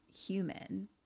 human